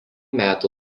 metų